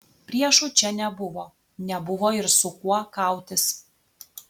priešų čia nebuvo nebuvo ir su kuo kautis